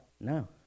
No